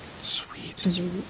Sweet